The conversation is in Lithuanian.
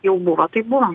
jau buvo taip buvom